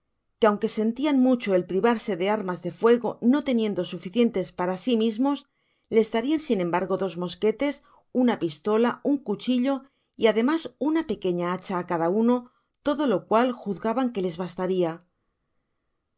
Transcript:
que aunque sentian mucho el privarse de armas de fuego no teniendo suficientes para si mismos les darian sin embargo dos mosquetes una pistola un cuchillo y ademas una pequeña hacha á cada uno todo lo cual juzgaban que jes bastaria los